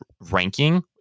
ranking